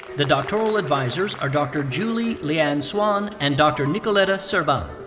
the doctoral advisors are dr. julie leanne swann and dr. nicoleta serban.